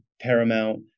paramount